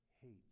hates